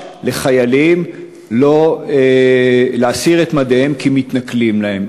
לחיילים להסיר את מדיהם כי מתנכלים להם.